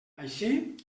així